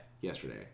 Yesterday